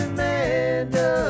Amanda